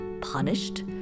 punished